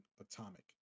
Atomic